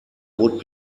would